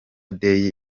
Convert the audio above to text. day